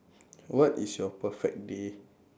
what is your perfect day